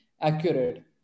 accurate